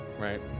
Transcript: Right